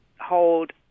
hold